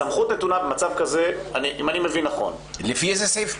הסמכות נתונה במצב כזה --- לפי איזה סעיף?